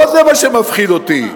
לא זה מה שמפחיד אותי.